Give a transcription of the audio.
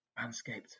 Manscaped